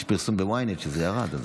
יש פרסום ב-ynet שזה ירד.